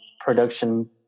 production